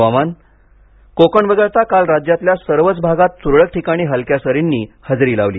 हवामान कोकण वगळता काल राज्यातल्या सर्वच भागात तुरळक ठिकाणी हलक्या सरींनी हजेरी लावली